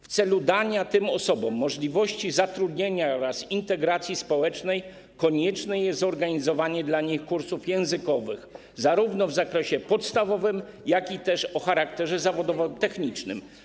W celu zapewnienia tym osobom możliwości zatrudnienia oraz integracji społecznej konieczne jest zorganizowanie dla nich kursów językowych, zarówno w zakresie podstawowym, jak i o charakterze zawodowo-technicznym.